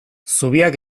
zubiak